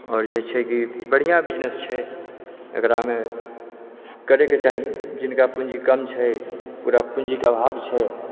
आओर जे छै कि बढ़िऑं बिजनेस छै एकरा मे करै के चाही जिनका पूँजी कम छै पूरा पूँजी के अभाव छै